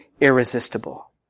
irresistible